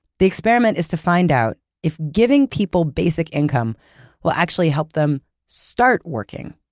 the experiment is to find out if giving people basic income will actually help them start working.